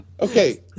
Okay